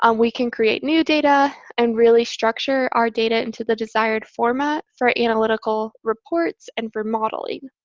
um we can create new data and really structure our data into the desired format for analytical reports and for modeling.